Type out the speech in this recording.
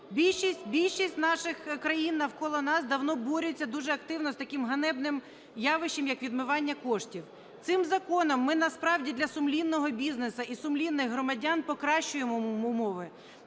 Більшість наших країн, навколо нас, давно борються дуже активно з таким ганебним явищем, як відмивання коштів. Цим законом ми насправді для сумлінного бізнесу і сумлінних громадян покращуємо умови.